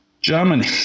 Germany